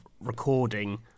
recording